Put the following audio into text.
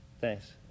thanks